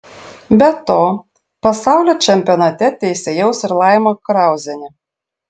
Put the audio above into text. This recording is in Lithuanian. be to pasaulio čempionate teisėjaus ir laima krauzienė